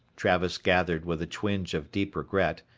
travis gathered with a twinge of deep regret,